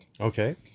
Okay